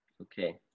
Okay